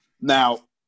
Now